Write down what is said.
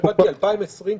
לא הבנתי, ב-2020 65,000?